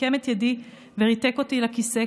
עיקם את ידי וריתק אותי לכיסא,